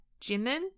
Jimin